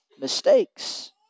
mistakes